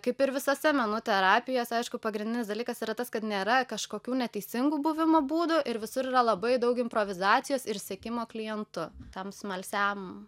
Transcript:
kaip ir visose menų terapijose aišku pagrindinis dalykas yra tas kad nėra kažkokių neteisingų buvimo būdo ir visur yra labai daug improvizacijos ir sekimo klientu tam smalsiam